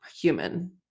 human